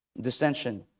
dissension